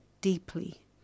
deeply